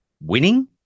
Winning